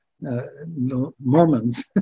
Mormons